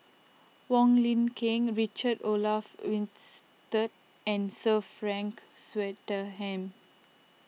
Wong Lin Ken Richard Olaf Winstedt and Sir Frank Swettenham